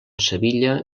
sevilla